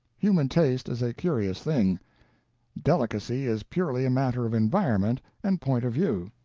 human taste is a curious thing delicacy is purely a matter of environment and point of view.